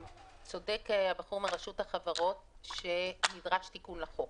צודק נציג רשות החברות שנדרש תיקון לחוק.